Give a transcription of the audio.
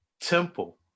Temple